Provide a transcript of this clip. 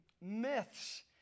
myths